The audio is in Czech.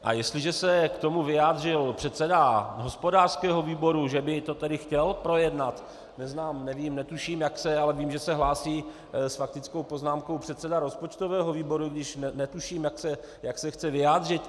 A jestliže se k tomu vyjádřil předseda hospodářského výboru, že by to tedy chtěl projednat neznám, nevím, netuším, jak se, ale vím, že se hlásí s faktickou poznámkou předseda rozpočtového výboru, i když netuším, jak se chce vyjádřit.